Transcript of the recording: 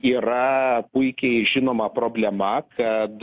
yra puikiai žinoma problema kad